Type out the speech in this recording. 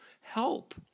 help